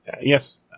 Yes